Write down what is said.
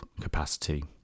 capacity